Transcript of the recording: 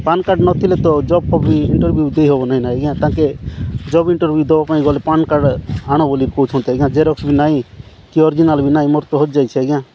ପାନ୍ card ନଥିଲେ ତ job ଫବ୍ ବି ଇଣ୍ଟରଭିୟୁ ଦେଇ ହେବ ନାହିଁ ନା ଆଜ୍ଞା ତାଙ୍କେ ଜବ୍ ଇଣ୍ଟରଭିୟୁ ଦେବା ପାଇଁଁ ଗଲେ ପାନ୍ କାର୍ଡ଼୍ ଆଣ ବୋଲି କହୁଛନ୍ତି ଆଜ୍ଞା ଜେରକ୍ସ ବି ନାହିଁ କି ଅର୍ଜିନାଲ୍ ନାହିଁ ମୋର ତ ହଜିଯାଇଛି ଆଜ୍ଞା